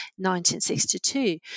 1962